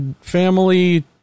family